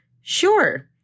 Sure